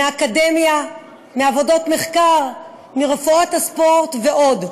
מהאקדמיה, מעבודות מחקר, מרפואת הספורט ועוד.